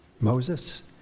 Moses